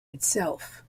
itself